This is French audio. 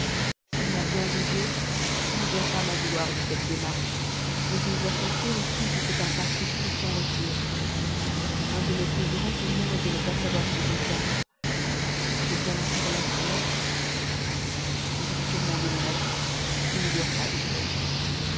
s'il m'a bien jugée il ne doit pas m'en vouloir de cette démarche mais il doit sentir aussi que c'est un parti pris sans retour un de mes plus grands tourments est de ne pas savoir ce qu'il pense j'ai bien encore là sa lettre mais vous êtes sûrement de mon avis je ne dois pas l'ouvrir